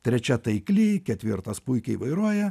trečia taikli ketvirtas puikiai vairuoja